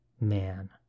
man